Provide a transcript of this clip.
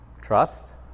trust